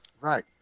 Right